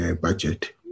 budget